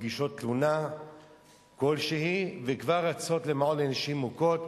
מגישות תלונה כלשהי, וכבר רצות למעון לנשים מוכות.